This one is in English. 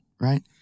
right